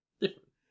Different